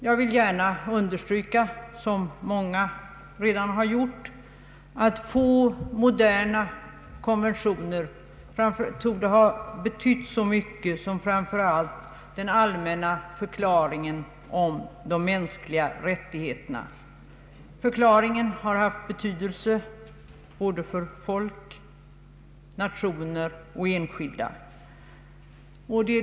Jag vill gärna understryka, liksom många redan har gjort, att få moderna konventioner torde ha betytt så mycket som den allmänna förklaringen om de mänskliga rättigheterna. Förklaringen har haft betydelse för folk, nationer och enskilda.